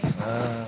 ah